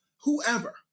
whoever